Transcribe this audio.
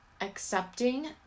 accepting